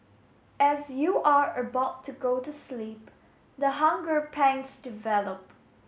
as you are about to go to sleep the hunger pangs develop